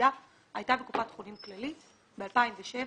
ולידה הייתה בקופת חולים כללית ב-2007,